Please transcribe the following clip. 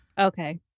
Okay